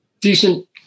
decent